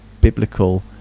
biblical